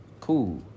cool